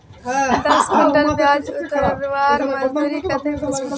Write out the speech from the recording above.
दस कुंटल प्याज उतरवार मजदूरी कतेक होचए?